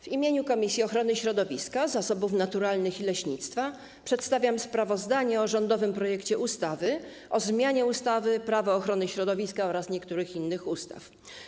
W imieniu Komisji Ochrony Środowiska, Zasobów Naturalnych i Leśnictwa przedstawiam sprawozdanie o rządowym projekcie ustawy o zmianie ustawy - Prawo ochrony środowiska oraz niektórych innych ustaw.